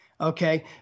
Okay